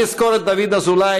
אני אזכור את דוד אזולאי,